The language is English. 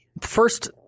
First